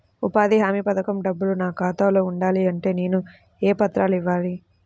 ఉపాధి హామీ పథకం డబ్బులు నా ఖాతాలో పడాలి అంటే నేను ఏ పత్రాలు ఇవ్వాలి?